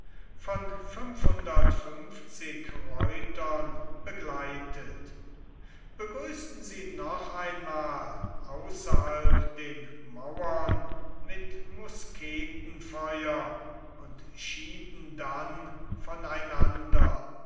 von reitern begleitet begrüßten sie noch einmal außerhalb den mauern mit musketenfeuer und schieden dann